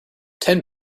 ten